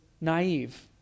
naive